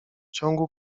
ciągu